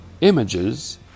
images